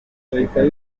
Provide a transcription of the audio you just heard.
gutaha